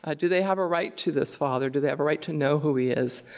ah do they have a right to this father? do they have a right to know who he is?